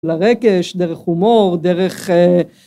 לרקש דרך הומור דרך